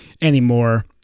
anymore